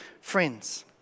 friends